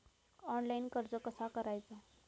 Online कर्ज कसा करायचा?